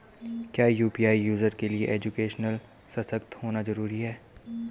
क्या UPI user के लिए एजुकेशनल सशक्त होना जरूरी है?